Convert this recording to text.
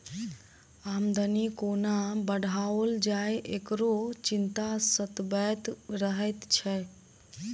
आमदनी कोना बढ़ाओल जाय, एकरो चिंता सतबैत रहैत छै